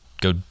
go